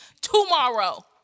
tomorrow